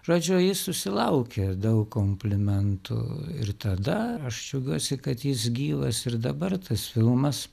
žodžiu jis susilaukė daug komplimentų ir tada aš džiaugiuosi kad jis gyvas ir dabar tas filmas